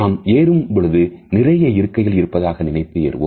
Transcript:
நான் ஏறும் பொழுது நிறைய இருக்கைகள் இருப்பதாக நினைத்து ஏறுவோம்